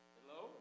Hello